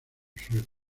suerte